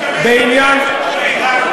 למה אתה משתמש, למה?